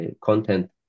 content